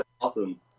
awesome